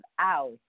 out